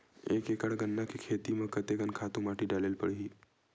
एक एकड़ गन्ना के खेती म कते कन खातु माटी डाले ल पड़ही?